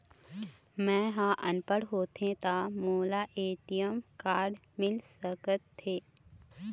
मैं ह अनपढ़ होथे ता मोला ए.टी.एम कारड मिल सका थे?